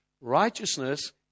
Righteousness